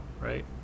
right